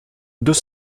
deux